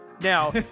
now